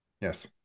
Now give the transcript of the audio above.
yes